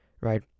Right